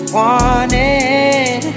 wanted